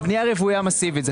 זה לבנייה רוויה מסיבית.